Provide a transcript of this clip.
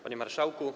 Panie Marszałku!